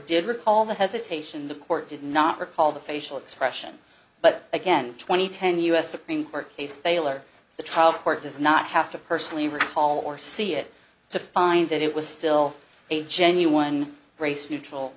did recall the hesitation the court did not recall the facial expression but again twenty ten u s supreme court case fail or the trial court does not have to personally recall or see it to find that it was still a genuine race neutral